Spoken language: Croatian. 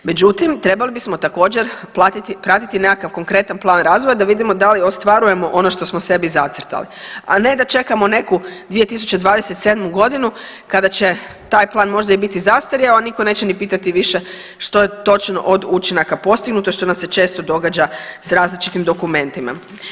Međutim, trebali bismo također pratiti nekakav konkretan plan razvoja da vidimo da li ostvarujemo ono što smo sebi zacrtali, a ne da čekamo neku 2027.g. kada će taj plan možda i biti zastarjeo, a niko neće ni pitati više što je točno od učinaka postignuto, što nam se često događa sa različitim dokumentima.